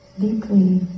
deeply